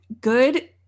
good